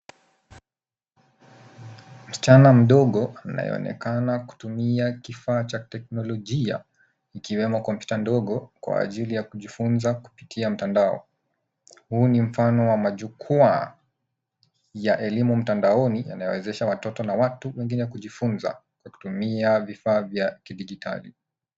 Msichana mdogo anayeonekana kutumia kifaa cha kiteknolojia ikiwemo kompyuta ndogo kwa ajili ya kujifunza kupitia mtandao. Huu ni mfano wa majukwaa ya elimu mtandaoni yanayowezesha watoto na watu wengine kujifunza wakitumia vifaa vya kidijitali.